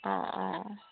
অঁ অঁ